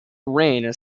reign